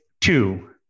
two